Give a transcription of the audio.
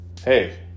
Hey